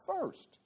first